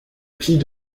plis